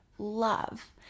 love